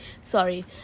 sorry